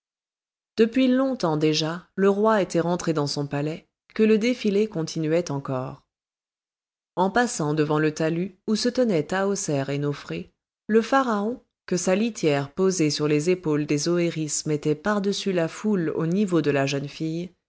depuis longtemps déjà le roi était rentré dans son palais que le défilé continuait encore en passant devant le talus où se tenaient tahoser et nofré le pharaon que sa litière posée sur les épaules des oëris mettait par-dessus la foule au niveau de la jeune fille